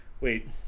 wait